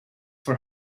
for